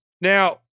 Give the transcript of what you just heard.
Now